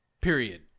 Period